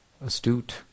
astute